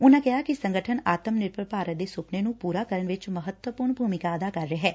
ਉਨ੍ਹਾ ਕਿਹਾ ਕਿ ਸੰਗਠਨ ਆਤਮ ਨਿਰਭਰ ਭਾਰਤ ਦੇ ਸੁਪਨੇ ਨ੍ੂੰ ਪੂਰਾ ਕਰਨ ਵਿਚ ਮਹੱਤਵਪੂਰਨ ਭੂਮਿਕਾ ਅਦਾ ਕਰ ਰਿਹੈ